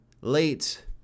late